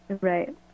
Right